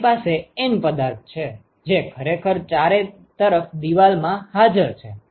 તમારી પાસે N પદાર્થ છે જે ખરેખર ચારે તરફ દીવાલ માં હાજર છે